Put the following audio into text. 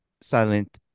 Silent